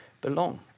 belong